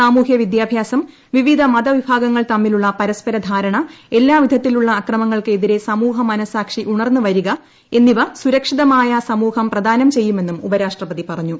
സാമൂഹ്യവിദ്യാഭ്യാസം വിവിധ മതവിഭാഗങ്ങൾ തമ്മിലുള്ള പരസ്പര ധാരണ എല്ലാവിധത്തിലുള്ള അക്രമങ്ങൾക്ക് എതിരെ സമൂഹ മനസാക്ഷി ഉണർന്ന് വരുക എന്നിവ സുരക്ഷിതമായ സമൂഹം പ്രദാനം ചെയ്യുമെന്നും ഉപരാഷ്ട്രപതി പറഞ്ഞു